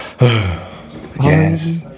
Yes